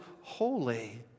holy